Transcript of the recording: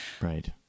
Right